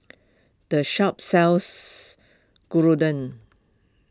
the shop sells Gyudon